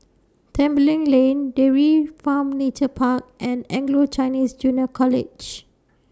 Tembeling Lane Dairy Farm Nature Park and Anglo Chinese Junior College